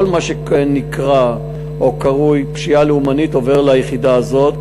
כל מה שנקרא או קרוי "פשיעה לאומנית" עובר ליחידה הזאת,